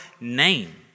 name